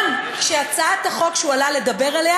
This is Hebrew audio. גם כשהצעת החוק שהוא עלה לדבר עליה